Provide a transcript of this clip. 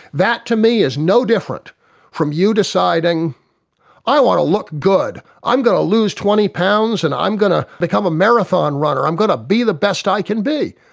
that to me is no different from you deciding i want to look good, i'm going to lose twenty pounds and i'm going to become a marathon runner, i'm going to be the best i can be.